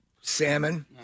salmon